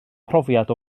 profiad